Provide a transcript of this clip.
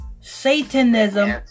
Satanism